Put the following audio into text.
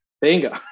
Bingo